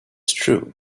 true